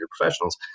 professionals